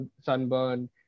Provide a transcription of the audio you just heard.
Sunburn